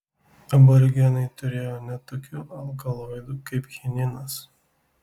aborigenai turėjo net tokių alkaloidų kaip chininas